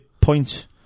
points